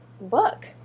book